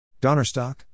Donnerstock